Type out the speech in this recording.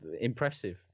impressive